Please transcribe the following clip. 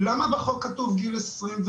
למה בחוק כתוב גיל 21?